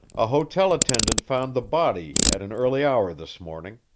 a hotel attendant found the body at an early hour this morning.